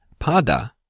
pada